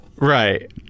Right